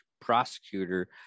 prosecutor